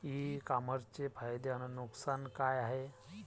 इ कामर्सचे फायदे अस नुकसान का हाये